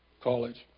college